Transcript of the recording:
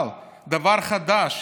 דבר חדש: